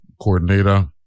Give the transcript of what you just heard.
coordinator